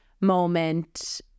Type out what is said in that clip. moment